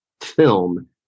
film